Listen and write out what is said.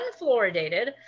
unfluoridated